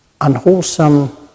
unwholesome